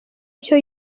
icyo